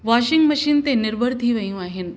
washing machine ते निर्भर थी वेयूं आहिनि